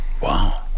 wow